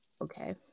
Okay